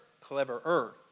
cleverer